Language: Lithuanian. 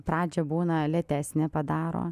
pradžią būna lėtesnę padaro